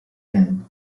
inn